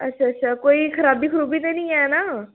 अच्छा अच्छा कोई खराबी खरुबी ते निं ऐ ना